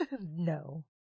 No